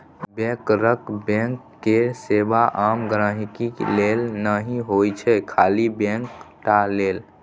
बैंकरक बैंक केर सेबा आम गांहिकी लेल नहि होइ छै खाली बैंक टा लेल